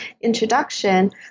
introduction